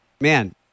man